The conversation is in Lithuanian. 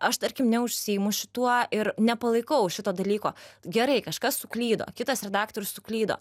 aš tarkim neužsiimu šituo ir nepalaikau šito dalyko gerai kažkas suklydo kitas redaktorius suklydo